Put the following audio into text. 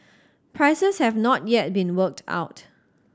prices have not yet been worked out